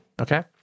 Okay